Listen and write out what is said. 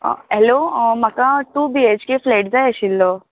hello म्हाका two BHK flat जाय आशिल्लो